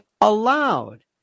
allowed